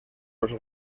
los